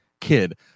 kid